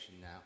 now